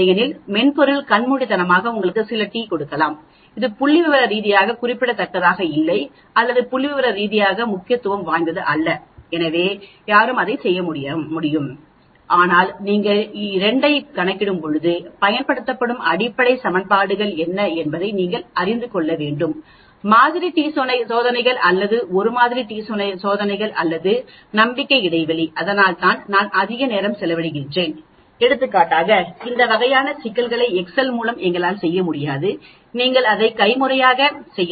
இல்லையெனில் மென்பொருள்கள் கண்மூடித்தனமாக உங்களுக்கு சில டி கொடுக்கலாம் இது புள்ளிவிவர ரீதியாக குறிப்பிடத்தக்கதாக இல்லை அல்லது புள்ளிவிவர ரீதியாக முக்கியத்துவம் வாய்ந்தது அல்ல எனவே யாரும் அதை செய்ய முடியும் ஆனால் நீங்கள் 2 ஐக் கணக்கிடும்போது பயன்படுத்தப்படும் அடிப்படை சமன்பாடுகள் என்ன என்பதை நீங்கள் அறிந்து கொள்ள வேண்டும் மாதிரி டி சோதனைகள் அல்லது 1 மாதிரி டி சோதனைகள் அல்லது நம்பிக்கை இடைவெளி அதனால்தான் நான் அதிக நேரம் செலவிடுகிறேன் எடுத்துக்காட்டாக இந்த வகையான சிக்கல்களை எக்செல் மூலம் எங்களால் செய்ய முடியாது நீங்கள் அதை கைமுறையாக செய்ய வேண்டும்